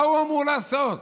מה הוא אמור לעשות?